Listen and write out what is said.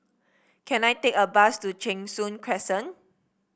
can I take a bus to Cheng Soon Crescent